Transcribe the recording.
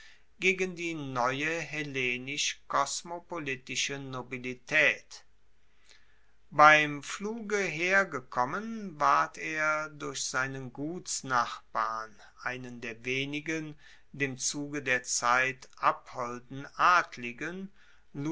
gegen die neue hellenisch kosmopolitische nobilitaet beim pfluge hergekommen ward er durch seinen gutsnachbarn einen der wenigen dem zuge der zeit abholden adligen